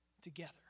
together